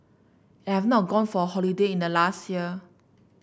and I have not gone for a holiday in the last year